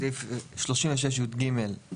סעיף 36יג(ג).